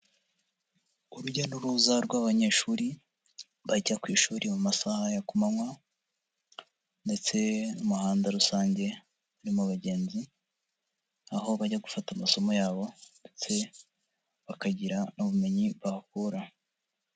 Urujya n'uruza rw'abanyeshuri bajya ku ishuri mu masaha ya ku manywa ndetse n'umuhanda rusange urimo abagenzi, aho bajya gufata amasomo yabo ndetse bakagira n'ubumenyi bahakura.